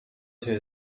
said